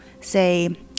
say